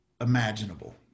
imaginable